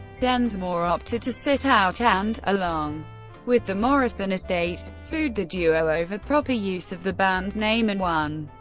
densmore opted to sit out and, along with the morrison estate, sued the duo over proper use of the band's name and won.